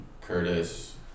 Curtis